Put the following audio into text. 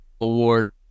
award